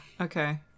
Okay